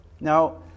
Now